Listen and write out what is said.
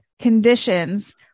conditions